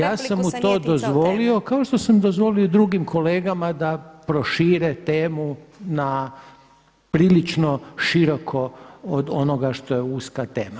Ja sam mu to dozvolio kao što sam dozvolio drugim kolegama da prošire temu na prilično široko od onoga što je uska tema.